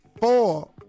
four